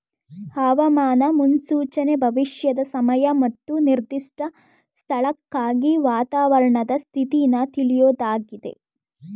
ಹವಾಮಾನ ಮುನ್ಸೂಚನೆ ಭವಿಷ್ಯದ ಸಮಯ ಮತ್ತು ನಿರ್ದಿಷ್ಟ ಸ್ಥಳಕ್ಕಾಗಿ ವಾತಾವರಣದ ಸ್ಥಿತಿನ ತಿಳ್ಯೋದಾಗಿದೆ